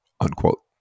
unquote